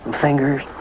fingers